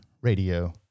Radio